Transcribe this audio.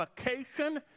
vacation